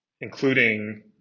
including